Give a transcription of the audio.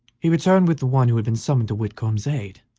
he returned with the one who had been summoned to whitcomb's aid.